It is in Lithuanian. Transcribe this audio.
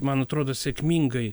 man atrodo sėkmingai